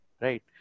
right